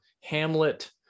hamlet